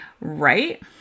Right